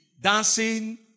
dancing